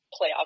playoffs